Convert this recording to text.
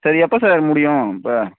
சரி எப்போ சார் முடியும் இப்போ